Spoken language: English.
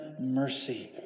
Mercy